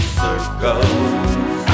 circles